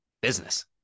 Business